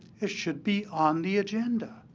it should be on the agenda.